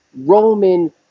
Roman